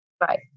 Right